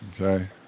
Okay